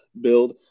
build